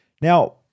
Now